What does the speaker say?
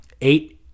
Eight